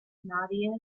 nadia